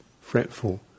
fretful